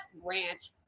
ranch